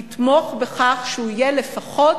תתמוך בכך שהוא יהיה לפחות